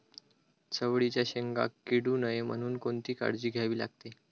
चवळीच्या शेंगा किडू नये म्हणून कोणती काळजी घ्यावी लागते?